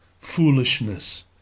foolishness